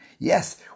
Yes